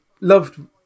loved